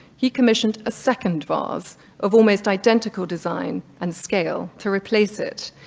he commissioned a second vase of almost identical design and scale to replace it.